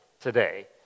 today